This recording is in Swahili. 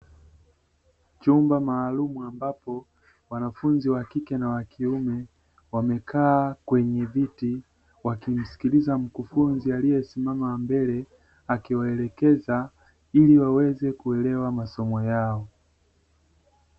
Chumba maalumu ambapo wanafunzi wa kike na wa kiume wamekaa kwenye viti wakismsikiliza mkufunzi aliyesimama mbele, akiwaelekeza ili waweze kuelewa masomo yao.